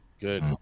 Good